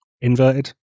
inverted